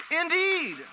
indeed